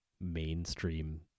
mainstream